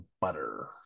butter